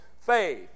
faith